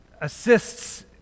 assists